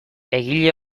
egile